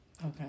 Okay